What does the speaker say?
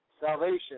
salvation